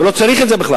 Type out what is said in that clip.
ולא צריך את זה בכלל.